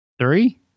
three